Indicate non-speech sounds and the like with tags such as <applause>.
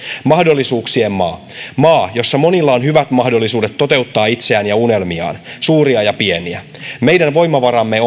mahdollisuuksien maa maa jossa monilla on hyvät mahdollisuudet toteuttaa itseään ja unelmiaan suuria ja pieniä meidän voimavaramme <unintelligible>